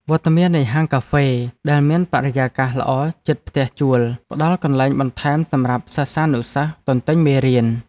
វត្តមាននៃហាងកាហ្វេដែលមានបរិយាកាសល្អជិតផ្ទះជួលផ្តល់កន្លែងបន្ថែមសម្រាប់សិស្សានុសិស្សទន្ទិញមេរៀន។